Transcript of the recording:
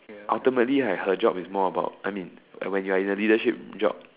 ultimately right her job is more about I mean when you're in a leadership job